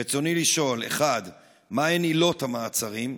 רצוני לשאול: 1. מהן עילות המעצרים?